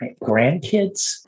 grandkids